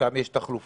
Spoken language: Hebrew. כאשר שם יש תחלופה,